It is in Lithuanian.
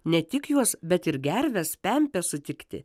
ne tik juos bet ir gerves pempes sutikti